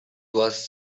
was